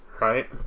Right